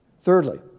Thirdly